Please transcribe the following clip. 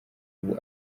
ubu